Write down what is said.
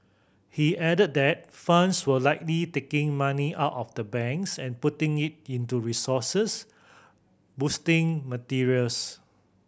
he added that funds were likely taking money out of the banks and putting it into resources boosting materials